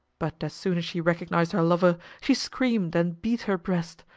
but as soon as she recognized her lover, she screamed and beat her breast,